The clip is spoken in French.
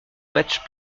match